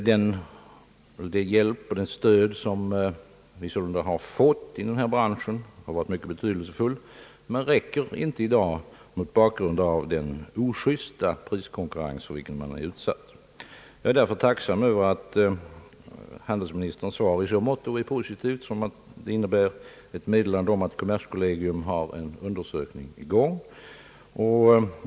Den hjälp och det stöd som vi sålunda fått inom denna bransch har varit av stor betydelse men räcker inte i dag mot bakgrund av den ojusta priskonkurrens för vilken man är utsatt. Jag är därför tacksam över att handelsministerns svar i så måtto är positivt som det innebär ett meddelande om att det hos kommerskollegium pågår en undersökning.